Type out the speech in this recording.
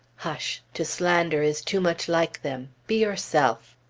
hush! to slander is too much like them be yourself.